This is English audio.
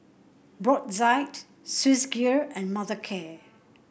Brotzeit Swissgear and Mothercare